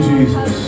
Jesus